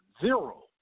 Zero